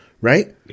right